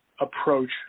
approach